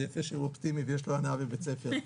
יפה שהוא אופטימי ויש לו הנאה בבית ספר,